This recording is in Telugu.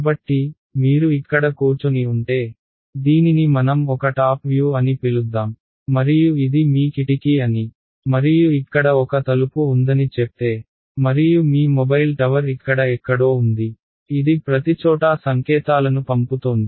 కాబట్టి మీరు ఇక్కడ కూర్చొని ఉంటే దీనిని మనం ఒక టాప్ వ్యూ అని పిలుద్దాం మరియు ఇది మీ కిటికీ అని మరియు ఇక్కడ ఒక తలుపు ఉందని చెప్తే మరియు మీ మొబైల్ టవర్ ఇక్కడ ఎక్కడో ఉంది ఇది ప్రతిచోటా సంకేతాలను పంపుతోంది